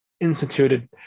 instituted